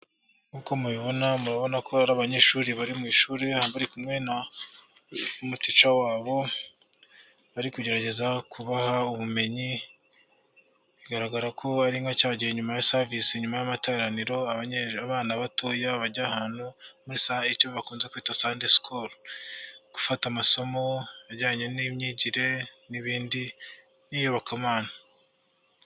Nkuko mubibona murabona ko ari abanyeshuri bari mu ishuri bari kumwe n'umutica wabo, bari kugerageza kubaha ubumenyi, bigaragara ko ari nka cya gihe nyuma savisi nyuma y'amateraniro abana batoya bajya ahantu icyo bakunze kwita sande sikuru gufata amasomo ajyanye n'imyigire n'ibindi n'iyobokamana.